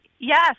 Yes